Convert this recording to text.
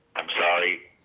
i'm sorry,